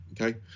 okay